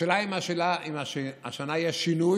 השאלה היא אם השנה יש שינוי